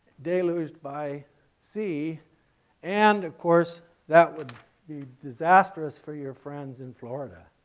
deluged by sea and of course that would be disastrous for your friends in florida.